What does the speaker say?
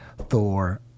Thor